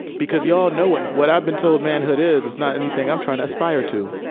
because you all know, what what i've been told manhood is, it's not anything i'm trying to aspire to.